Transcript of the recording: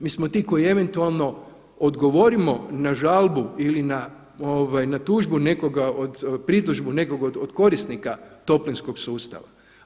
Mi smo ti koji eventualno odgovorimo na žalbu ili na tužbu nekoga od, pritužbu nekoga od korisnika toplinskog sustava.